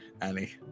Annie